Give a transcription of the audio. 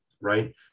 right